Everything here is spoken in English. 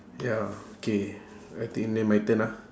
ya okay I think then my turn ah